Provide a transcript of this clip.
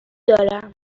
دارم